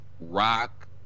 Rock